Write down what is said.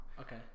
Okay